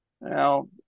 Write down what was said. Now